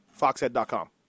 foxhead.com